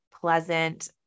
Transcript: pleasant